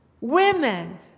women